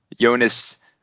Jonas